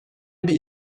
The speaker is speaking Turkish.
bir